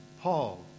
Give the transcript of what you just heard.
Paul